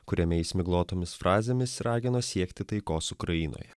kuriame jis miglotomis frazėmis ragino siekti taikos ukrainoje